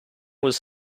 was